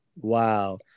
Wow